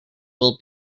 will